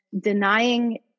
denying